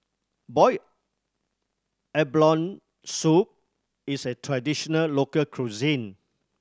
boiled abalone soup is a traditional local cuisine